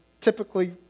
typically